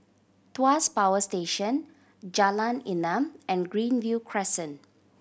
Tuas Power Station Jalan Enam and Greenview Crescent